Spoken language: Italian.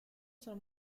sono